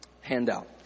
handout